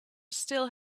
still